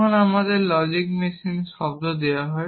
যখন আমার লজিক মেশিনের শব্দ দেওয়া হয়